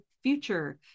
future